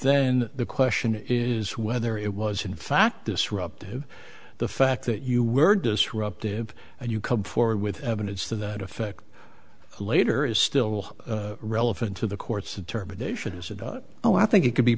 then the question is whether it was in fact disruptive the fact that you were disruptive and you come forward with evidence to that effect later is still relevant to the court's interpretation is it oh i think it c